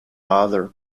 other